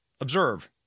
observe